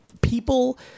people